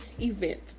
event